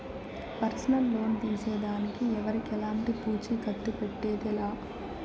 personal loan తీసేదానికి ఎవరికెలంటి పూచీకత్తు పెట్టేదె లా